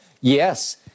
Yes